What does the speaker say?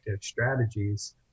strategies